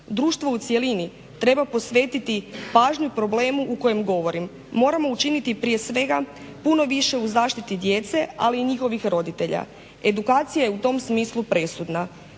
Društvo u cjelini treba posvetiti pažnju problemu o kojem govorim. Moramo učiniti prije svega puno više u zaštiti djece, ali i njihovih roditelja, edukacija je u tom smislu presudna.